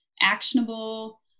actionable